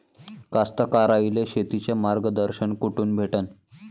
कास्तकाराइले शेतीचं मार्गदर्शन कुठून भेटन?